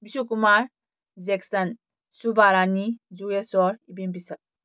Bishokumar Jackson ꯁꯨꯕꯥꯔꯥꯅꯤ ꯖꯨꯒꯦꯁꯣꯔ ꯏꯕꯦꯝꯄꯤꯁꯛ